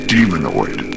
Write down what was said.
Demonoid